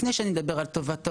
זה לפני שאני מדבר על טובת ההורים,